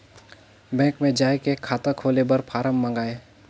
Bank मे जाय के खाता खोले बर फारम मंगाय?